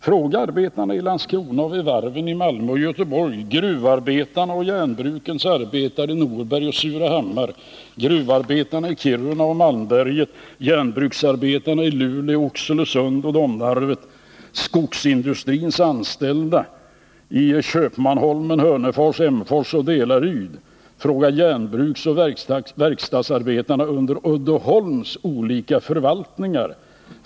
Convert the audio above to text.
Fråga arbetarna i Landskrona och vid varven i Malmö och Göteborg, gruvarbetarna och järnbruksarbetarna i Norberg och Surahammar, gruvarbetarna i Kiruna och Malmberget, järnbruksarbetarna i Luleå, Oxelösund och Domnarvet, skogsindustrins anställda i Köpmanholmen, Hörnefors, Emsfors och Delaryd! Fråga järnbruksoch verkstadsarbetarna under Uddeholms olika förvaltningar!